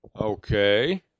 Okay